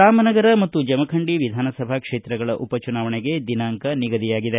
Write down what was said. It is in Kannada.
ರಾಮನಗರ ಮತ್ತು ಜಮಖಂಡಿ ವಿಧಾನಸಭಾ ಕ್ಷೇತ್ರಗಳ ಉಪಚುನಾವಣೆಗೆ ದಿನಾಂಕ ಘೋಷಣೆಯಾಗಿದೆ